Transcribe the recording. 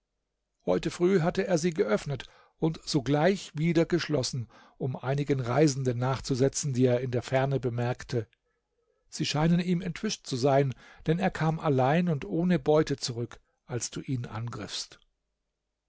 heute früh hatte er sie geöffnet und sogleich wieder geschlossen um einigen reisenden nachzusetzen die er in der ferne bemerkte sie scheinen ihm entwischt zu sein denn er kam allein und ohne beute zurück als du ihn angriffst